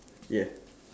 yeah